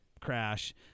crash